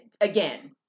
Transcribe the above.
again